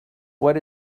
what